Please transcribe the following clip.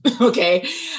okay